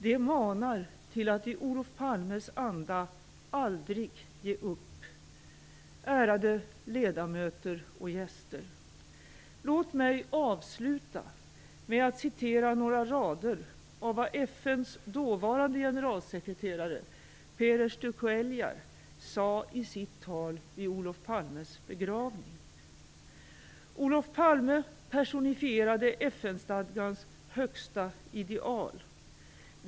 Det manar till att i Olof Palmes anda aldrig ge upp. Låt mig avsluta med att citera några rader av vad FN:s dåvarande generalsekreterare, Perez de Cuéllar, sade i sitt tal vid Olof Palmes begravning: "Olof Palme personifierade FN-stadgans högsta ideal.